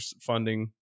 funding